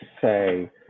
say